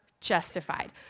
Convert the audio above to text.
justified